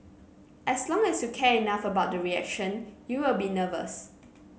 as long as you care enough about the reaction you will be nervous